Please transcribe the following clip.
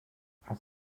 اثر